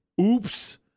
oops